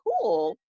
cool